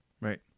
Right